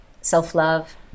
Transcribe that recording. self-love